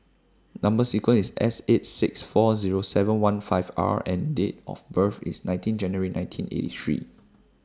Number sequence IS S eight six four Zero seven one five R and Date of birth IS nineteen January nineteen eighty three